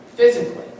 Physically